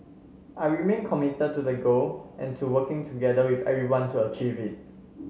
I remain committed to the goal and to working together with everyone to achieve it